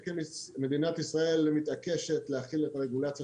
שכן מדינת ישראל מתעקשת להחיל את הרגולציה